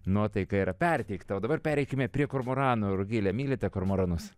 nuotaika yra perteikta o dabar pereikime prie kormoranų rugile mylite kormoranus